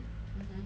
mmhmm